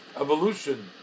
evolution